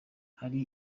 hari